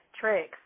tricks